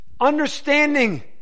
understanding